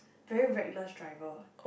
very reckless driver